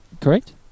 correct